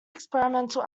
experimental